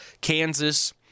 Kansas